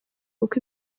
kuko